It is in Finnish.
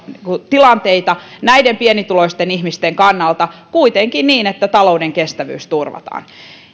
tilanteita näiden pienituloisten ihmisten kannalta kuitenkin niin että talouden kestävyys turvataan